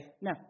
no